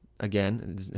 Again